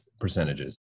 percentages